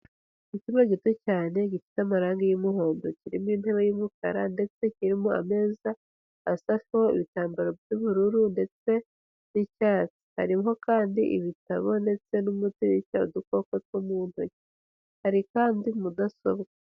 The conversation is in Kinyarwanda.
Icyumba gito cyane gifite amarangi y'umuhondo, kirimo intebe y'umukara ndetse kirimo ameza asasheho ibitambaro by'ubururu ndetse n'icyatsi, harimo kandi ibitabo ndetse n'umuti wica udukoko two mu ntoki, hari kandi mudasobwa.